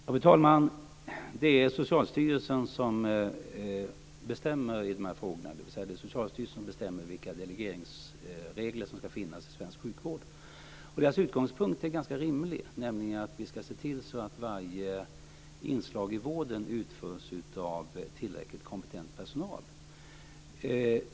Fru talman! Det är Socialstyrelsen som bestämmer i de här frågorna, dvs. vilka delegeringsregler som ska finnas i svensk sjukvård. Deras utgångspunkt är ganska rimlig, nämligen att vi ska se till att varje inslag i vården utförs av tillräckligt kompetent personal.